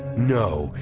no,